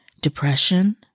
depression